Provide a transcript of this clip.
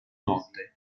notte